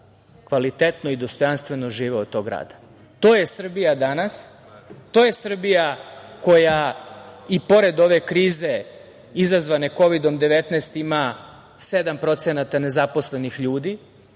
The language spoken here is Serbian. kvalitetno i dostojanstvo žive od tog rada. To je Srbija danas. To je Srbija koja i pored ove krize izazvane Kovidom – 19 ima 7% nezaposlenih ljudi,